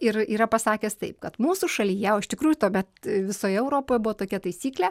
ir yra pasakęs taip kad mūsų šalyje o iš tikrųjų tuomet visoje europoje buvo tokia taisyklė